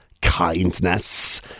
kindness